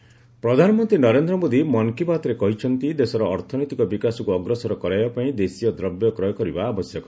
ମନ୍ କି ବାତ୍ ପ୍ରଧାନମନ୍ତ୍ରୀ ନରେନ୍ଦ୍ର ମୋଦି ମନ୍ କି ବାତ୍ରେ କହିଚ୍ଚନ୍ତି ଦେଶର ଅର୍ଥନୈତିକ ବିକାଶକୁ ଅଗ୍ରସର କରାଇବା ପାଇଁ ଦେଶୀୟ ଦ୍ରବ୍ୟ କ୍ରୟ କରିବା ଆବଶ୍ୟକ